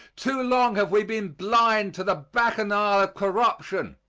too long have we been blind to the bacchanal of corruption.